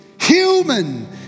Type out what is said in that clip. human